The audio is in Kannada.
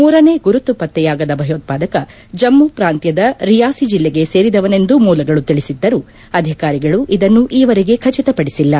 ಮೂರನೇ ಗುರುತು ಪತ್ತೆಯಾಗದ ಭಯೋತ್ಪಾದಕ ಜಮ್ಮ ಪ್ರಾಂತ್ಯದ ರಿಯಾಸಿ ಜಿಲ್ಲೆಗೆ ಸೇರಿದವನೆಂದು ಮೂಲಗಳು ತಿಳಿಸಿದ್ದರೂ ಅಧಿಕಾರಿಗಳು ಇದನ್ನು ಈವರೆಗೆ ಖಚಿತಪಡಿಸಿಲ್ಲ